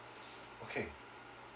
okay